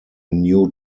new